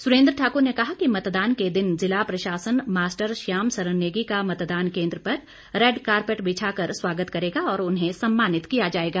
सुरेंद्र ठाकुर ने कहा कि मतदान के दिन ज़िला प्रशासन मास्टर श्याम सरन नेगी का मतदान केंद्र पर रैड कारपेट बिछाकर स्वागत करेगा और उन्हें सम्मानित किया जाएगा